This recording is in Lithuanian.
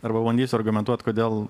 arba bandysiu argumentuot kodėl